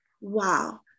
wow